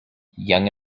young